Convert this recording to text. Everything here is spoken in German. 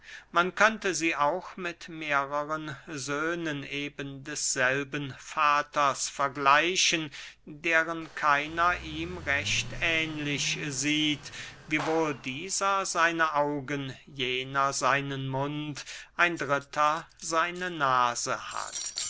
man könnte sie auch mit mehrern söhnen eben desselben vaters vergleichen deren keiner ihm recht ähnlich sieht wiewohl dieser seine augen jener seinen mund ein dritter seine nase hat